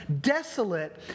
desolate